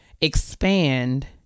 expand